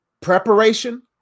preparation